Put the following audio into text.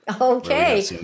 Okay